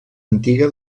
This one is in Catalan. antiga